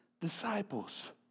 disciples